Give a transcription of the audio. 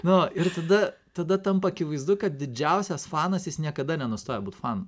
nu ir tada tada tampa akivaizdu kad didžiausias fanas jis niekada nenustoja būt fanu